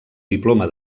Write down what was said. diploma